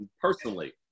personally